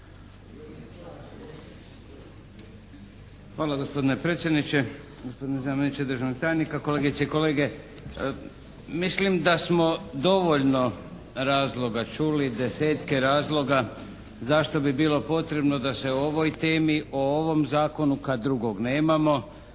Hvala gospodine predsjedniče. Gospodine zamjeniče državnog tajnika, kolegice i kolege. Mislim da smo dovoljno razloga čuli, desetke razloga zašto bi bilo potrebno da se o ovoj temi, o ovom zakonu kad drugog nemamo